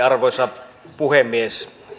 arvoisa puhemies